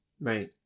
Right